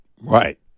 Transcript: Right